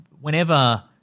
whenever